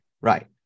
right